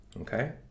okay